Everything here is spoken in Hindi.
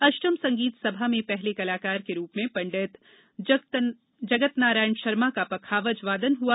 अष्टम संगीत सभा मे पहले कलाकार के रूप में पंडित जगतनारायण शर्मा का पखावज वादन हुआ